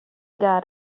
got